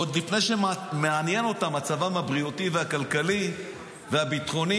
עוד לפני שמעניין אותם מצבם הבריאותי והכלכלי והביטחוני,